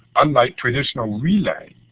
unlike traditional relay,